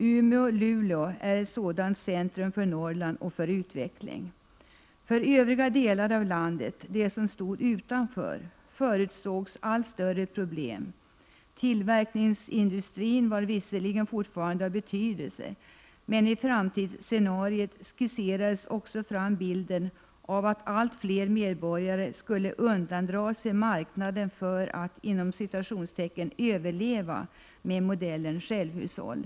Umeå-Luleå är ett sådant centrum för Norrland och för utvecklingen. För övriga delar av landet, de som stod utanför, förutsågs allt större problem. Tillverkningsindustrin var visserligen av betydelse, men i framtidsscenariot skisserades också bilden att allt fler medborgare skulle undandra sig marknaden för att överleva så att säga, med modellen självhushåll.